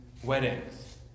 Weddings